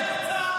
רק אומרת.